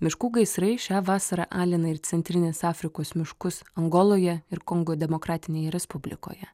miškų gaisrai šią vasarą alina ir centrinės afrikos miškus angoloje ir kongo demokratinėje respublikoje